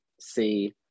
see